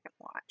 watch